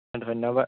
ধন্যবাদ